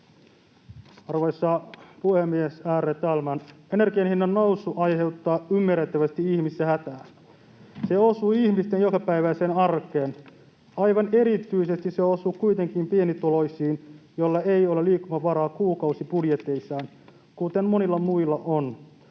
Arvoisa puhemies, ärade talman! Energian hinnan nousu aiheuttaa ymmärrettävästi ihmisissä hätää. Se osuu ihmisten jokapäiväiseen arkeen. Aivan erityisesti se osuu kuitenkin pienituloisiin, joilla ei ole liikkumavaraa kuukausibudjeteissaan, kuten monilla muilla on.